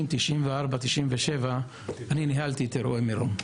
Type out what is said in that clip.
1994 1997 ניהלתי את אירועי מירון.